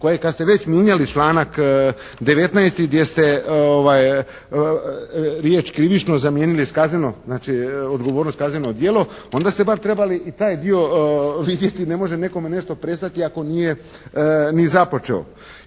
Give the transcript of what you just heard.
koje kad ste već mijenjali članak 19., gdje ste riječ krivično zamijenili sa kazneno, znači odgovornost kazneno djelo, onda ste bar trebali i taj dio vidjeti. Ne može nekome nešto prestati ako nije ni započeo.